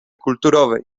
kulturowej